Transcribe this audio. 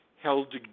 held